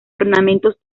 ornamentos